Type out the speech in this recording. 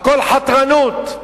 הכול חתרנות.